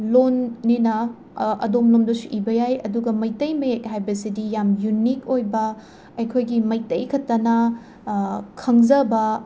ꯂꯣꯟꯅꯤꯅ ꯑꯗꯣꯝꯂꯣꯝꯗꯁꯨ ꯏꯕ ꯌꯥꯏ ꯑꯗꯨꯒ ꯃꯩꯇꯩ ꯃꯌꯦꯛ ꯍꯥꯏꯕꯁꯤꯗꯤ ꯌꯥꯝ ꯌꯨꯅꯤꯛ ꯑꯣꯏꯕ ꯑꯩꯈꯣꯏꯒꯤ ꯃꯩꯇꯩꯈꯛꯇꯅ ꯈꯪꯖꯕ